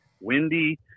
windy